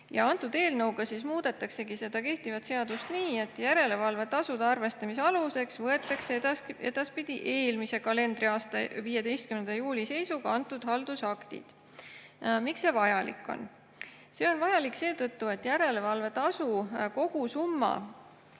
Selle eelnõuga muudetaksegi seda kehtivat seadust nii, et järelevalvetasude arvestamise aluseks võetakse edaspidi eelmise kalendriaasta 15. juuli seisuga antud haldusakt. Miks see vajalik on? See on vajalik seetõttu, et järelevalvetasu kogusumma